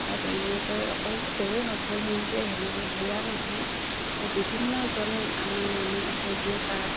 আৰু এনেকৈ অকল যে তেওঁৱেই সফল হৈছে সেনেকে সেয়া নহয় বিভিন্নজন আমাৰ মানুহ আছে যিয়ে